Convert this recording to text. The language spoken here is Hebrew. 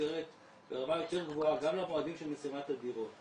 נוצרת ברמה יותר גבוהה גם למועדים של מסירת הדירות.